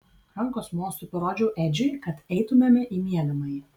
rankos mostu parodžiau edžiui kad eitumėme į miegamąjį